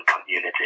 community